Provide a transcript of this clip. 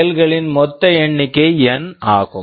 செயல்களின் மொத்த எண்ணிக்கை என் N ஆகும்